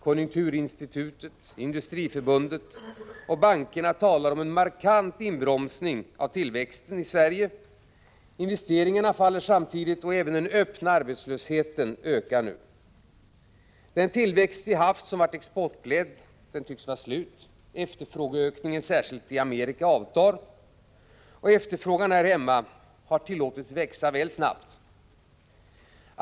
Konjunkturinstitutet, Industriförbundet och bankerna talar om en markant inbromsning av tillväxten i Sverige. Investeringarna faller samtidigt, och även den öppna arbetslösheten ökar nu. Den tillväxt vi haft, som varit exportledd, tycks vara slut. Efterfrågeökningen — särskilt i Amerika — avtar. Och efterfrågan här hemma har tillåtits växa väl snabbt.